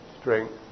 strength